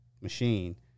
machine